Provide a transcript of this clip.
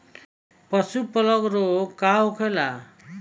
पशु प्लग रोग का होखेला?